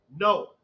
No